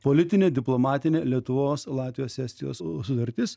politinė diplomatinė lietuvos latvijos estijos sutartis